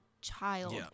child